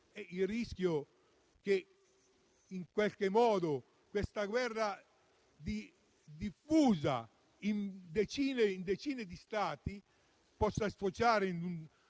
il rischio è che, in qualche modo, questa guerra diffusa in decine di Stati possa sfociare in un